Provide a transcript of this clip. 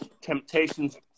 temptations